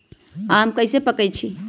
आम कईसे पकईछी?